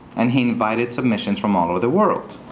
and he invited submissions from all over the world.